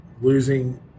losing